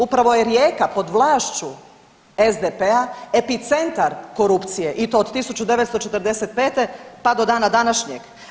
Upravo je Rijeka pod vlašću SDP-a epicentar korupcije i to od 1945. pa do dana današnjeg.